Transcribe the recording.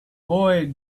boy